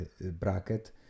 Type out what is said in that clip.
bracket